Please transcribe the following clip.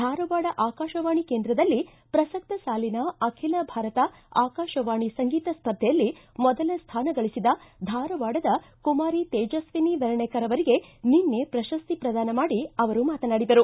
ಧಾರವಾಡ ಆಕಾಶವಾಣಿ ಕೇಂದ್ರದಲ್ಲಿ ಪ್ರಸತ್ತ ಸಾಲಿನ ಅಖಿಲ ಭಾರತ ಆಕಾಶವಾಣಿ ಸಂಗೀತ ಸ್ಪರ್ಧೆಯಲ್ಲಿ ಮೊದಲ ಸ್ಥಾನಗಳಿಒದ ಧಾರವಾಡದ ಕುಮಾರಿ ತೇಜ್ವಿನಿ ವರ್ಣೇಕರ್ ಅವರಿಗೆ ನಿನ್ನೆ ಪ್ರಶಸ್ತಿ ಪ್ರದಾನ ಮಾಡಿ ಅವರು ಮಾತನಾಡಿದರು